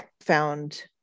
found